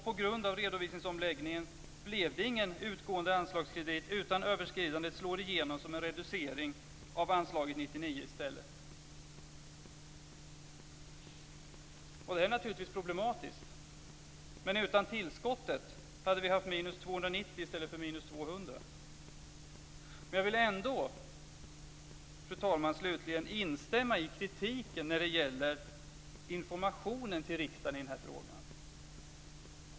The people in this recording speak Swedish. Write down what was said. På grund av redovisningsomläggningen blev det ingen utgående anslagskredit utan överskridandet slår i stället igenom som en reducering av anslaget 1999. Det är naturligtvis problematiskt, men utan tillskottet hade vi haft minus 290 miljoner i stället för minus 200 miljoner. Jag vill ändå, fru talman, instämma i kritiken när det gäller informationen till riksdagen i den här frågan.